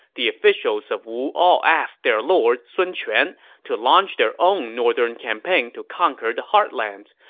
the officials of wu all asked their lord sun quan to launch their own northern campaign to conquer the heartlands,